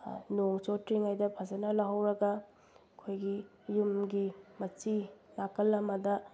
ꯅꯣꯡ ꯆꯣꯠꯇ꯭ꯔꯤꯉꯩꯗ ꯐꯖꯅ ꯂꯧꯍꯧꯔꯒ ꯑꯩꯈꯣꯏꯒꯤ ꯌꯨꯝꯒꯤ ꯃꯆꯤ ꯅꯥꯀꯜ ꯑꯃꯗ